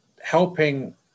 helping